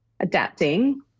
adapting